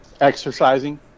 exercising